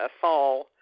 fall